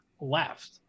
left